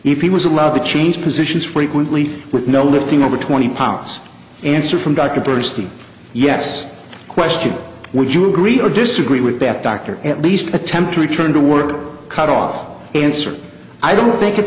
if he was allowed to change positions frequently with no lifting over twenty pounds answer from dr burstein yes question would you agree or disagree with that doctor at least attempt to return to work or cut off answer i don't t